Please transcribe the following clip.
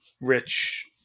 rich